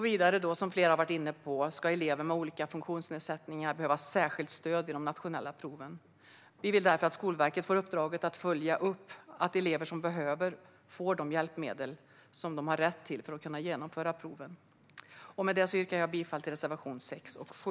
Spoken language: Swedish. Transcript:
Vidare, som flera har varit inne på, kan elever med olika funktionsnedsättningar få särskilt stöd vid de nationella proven. Vi vill därför att Skolverket får uppdraget att följa upp att elever som behöver får de hjälpmedel som de har rätt till för att kunna genomföra proven. Med det yrkar jag bifall till reservationerna 6 och 7.